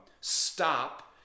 stop